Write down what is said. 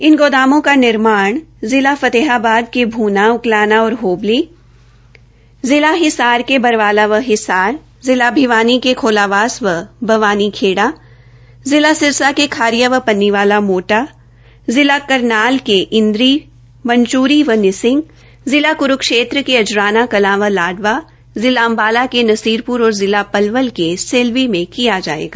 इन गोदामों का निर्माण जिला फतेहाबाद के भूना उकलाना और होबली जिला हिसार के बरवाला व हिसार जिला सिरसा के खारिया व पन्नीवाला मोटा जिला करनाल के इंद्री मंच्री व विसिंग जिला क्रूक्षेत्र के अजराना कलां व लाडवा जिला अम्बाला के नसीरपुर और जिला पलवल के सेल्वी में किया जायेगा